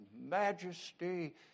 majesty